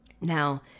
Now